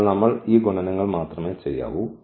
അതിനാൽ നമ്മൾ ഈ ഗുണനങ്ങൾ മാത്രമേ ചെയ്യാവൂ